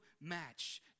match